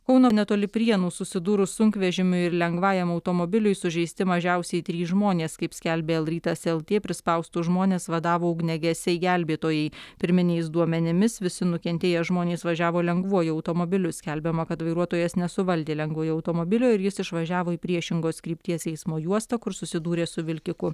kauno netoli prienų susidūrus sunkvežimiui ir lengvajam automobiliui sužeisti mažiausiai trys žmonės kaip skelbė l rytas lt prispaustus žmones vadavo ugniagesiai gelbėtojai pirminiais duomenimis visi nukentėję žmonės važiavo lengvuoju automobiliu skelbiama kad vairuotojas nesuvaldė lengvojo automobilio ir jis išvažiavo į priešingos krypties eismo juostą kur susidūrė su vilkiku